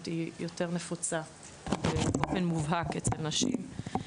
היא יותר נפוצה באופן מובהק אצל נשים.